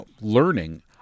learning